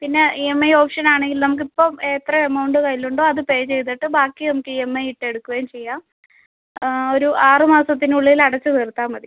പിന്നെ E M I option ആണെങ്കിൽ നമുക്കിപ്പം എത്ര എമൗണ്ട് കൈയിലുണ്ടോ അത് പേ ചെയ്തിട്ട് ബാക്കി നമുക്ക് ഇ എം ഐ ഇട്ട് എടുക്കുകയും ചെയ്യാം ഒരു ആറ് മാസത്തിനുള്ളിൽ അടച്ച് തീർത്താൽ മതി